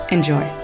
Enjoy